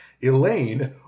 Elaine